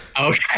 okay